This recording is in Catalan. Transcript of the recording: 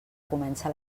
comença